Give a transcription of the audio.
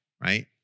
right